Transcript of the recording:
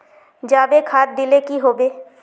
जाबे खाद दिले की होबे?